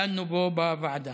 דנו בו בוועדה,